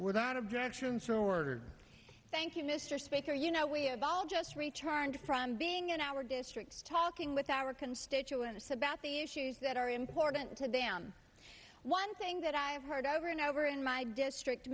not objections or order thank you mr speaker you know we're involved just returned from being in our district talking with our constituents about the issues that are important to them one thing that i've heard over and over in my district